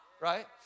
right